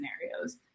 scenarios